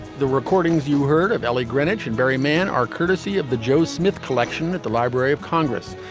the recordings you heard of ellie greenwich and barry mann are courtesy of the joe smith collection at the library of congress.